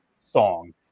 song